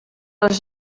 les